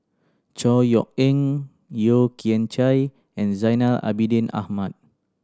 Chor Yeok Eng Yeo Kian Chai and Zainal Abidin Ahmad